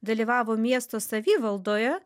dalyvavo miesto savivaldoje